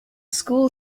school